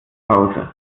hause